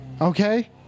Okay